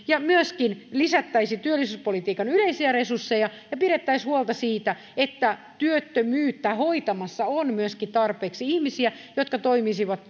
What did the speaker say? ja myöskin lisättäisiin työllisyyspolitiikan yleisiä resursseja ja pidettäisiin huolta siitä että työttömyyttä hoitamassa on myöskin tarpeeksi ihmisiä jotka toimisivat